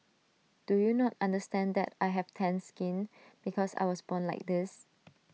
do you not understand that I have tanned skin because I was born like this